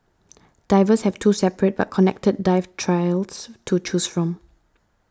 divers have two separate but connected dive trails to choose from